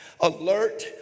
alert